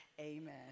amen